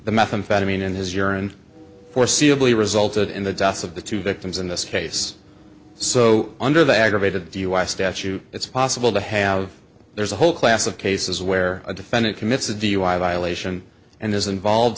the methamphetamine in his urine foreseeable resulted in the deaths of the two victims in this case so under the aggravated dui statute it's possible to have there's a whole class of cases where a defendant commits a dui violation and is involved